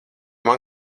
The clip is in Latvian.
man